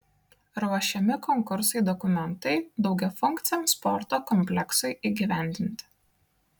ruošiami konkursui dokumentai daugiafunkciam sporto kompleksui įgyvendinti